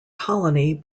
colony